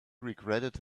regretted